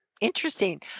Interesting